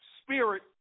Spirit